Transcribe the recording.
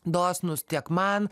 dosnūs tiek man